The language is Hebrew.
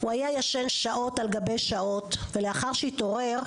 הוא היה ישן שעות על גבי שעות ולאחר שהתעורר,